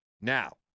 Now